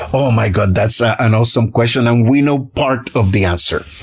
oh my god, that's an awesome question! and we know part of the answer.